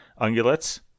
ungulates